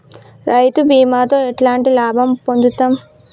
రైతు బీమాతో ఎట్లాంటి లాభం పొందుతం?